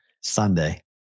Sunday